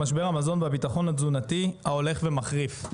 משבר המזון והביטחון התזונתי ההולך ומחריף.